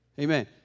amen